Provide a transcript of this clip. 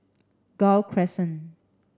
Gul Crescent